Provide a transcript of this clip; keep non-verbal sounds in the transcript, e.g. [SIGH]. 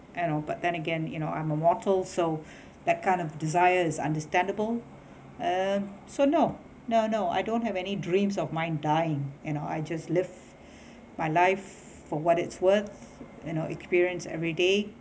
you know but then again you know I'm a mortal so [BREATH] that kind of desire is understandable uh so no no no I don't have any dreams of mine dying you know I just live my life for what it's worth you know experience every day